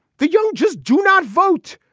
the young. just do not vote.